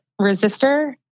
Resistor